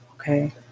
Okay